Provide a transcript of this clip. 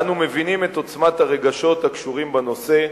אנו מבינים את עוצמת הרגשות הקשורים בנושא,